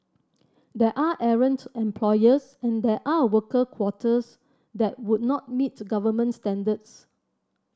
there are errant employers and there are worker quarters that would not meet government standards